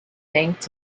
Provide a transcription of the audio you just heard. thanked